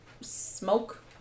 smoke